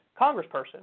congressperson